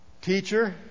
Teacher